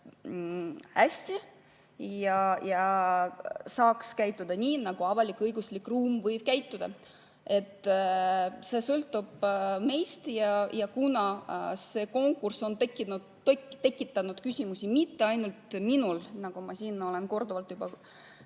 ja saaks käituda nii, nagu avalik-õiguslik ruum võib käituda. See sõltub meist. Kuna see konkurss on tekitanud küsimusi mitte ainult minus, nagu ma olen korduvalt